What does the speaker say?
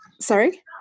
sorry